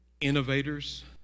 innovators